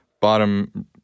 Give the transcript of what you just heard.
Bottom